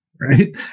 right